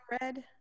Red